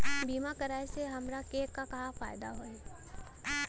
बीमा कराए से हमरा के का फायदा होई?